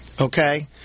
Okay